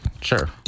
Sure